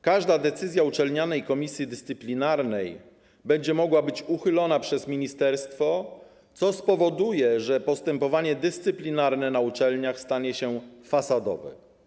Każda decyzja uczelnianej komisji dyscyplinarnej będzie mogła być uchylona przez ministerstwo, co spowoduje, że postępowanie dyscyplinarne na uczelniach stanie się fasadowe.